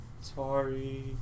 Sorry